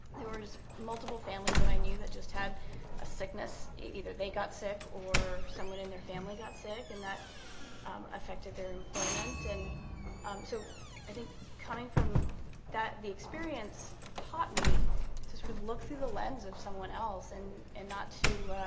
there were multiple families that i knew that just had a sickness, either they got sick or someone in their family got sick, and that um affected their employment. and um so i think coming from that, the experience taught me to sort of look through the lens of someone else and and not to